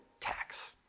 tax